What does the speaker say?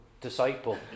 disciple